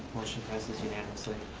motion passes unanimously.